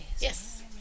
Yes